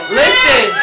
listen